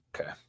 Okay